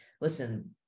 listen